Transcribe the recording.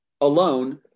alone